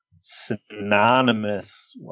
synonymous